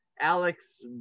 Alex